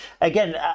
Again